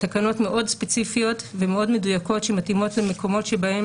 תקנות מאוד ספציפיות ומאוד מדויקות שמתאימות למקומות שבהם